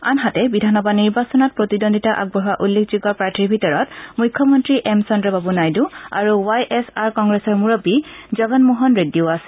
আনহাতে বিধানসভা নিৰ্বাচনত প্ৰতিদ্বন্দিবতা আগবঢ়োৱা উল্লেখযোগ্য প্ৰাৰ্থীৰ ভিতৰত মুখ্যমন্ত্ৰী এম চন্দ্ৰবাবু নাইডু আৰু ৱাই এছ আৰ কংগ্ৰেছৰ মুৰববী জগনমোহন ৰেড্ডীও আছে